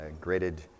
graded